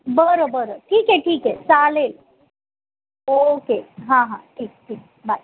बरं बरं ठीक आहे ठीक आहे चालेल ओके हां हां ठीक ठीक बाय